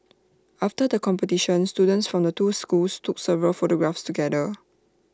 after the competition students from the two schools took several photographs together